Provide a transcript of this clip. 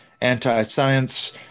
anti-science